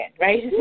right